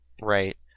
Right